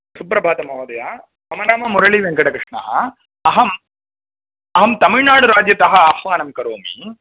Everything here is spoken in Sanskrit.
सुप्रभातं महोदय मम नाम मुरलीवेङ्कटकृष्णः अहम् अहं तमिलनाडुराज्यतः आह्वानं करोमि